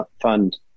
fund